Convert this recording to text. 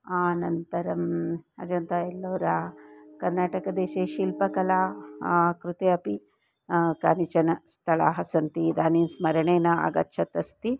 अनन्तरम् अजन्तायल्लोरा कर्नाटकदेशे शिल्पकला कृते अपि कानिचन स्तलानि सन्ति इदानीं स्मरणे न आगच्छत् अस्ति